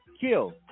kill